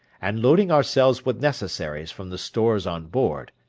and loading ourselves with necessaries from the stores on board,